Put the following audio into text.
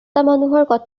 মানুহৰ